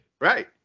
Right